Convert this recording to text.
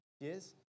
Yes